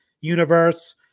universe